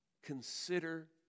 Consider